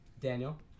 daniel